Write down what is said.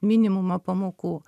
minimumą pamokų